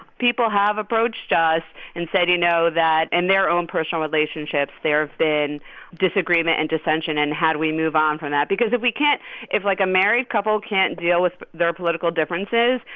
people have approached us and said, you know, that in their own personal relationships there have been disagreement and dissension. and how do we move on from that? because if we can't if like a married couple can't deal with their political differences,